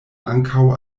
ankaŭ